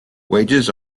wages